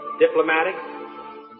diplomatic